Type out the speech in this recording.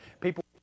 people